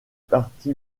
parti